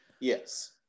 Yes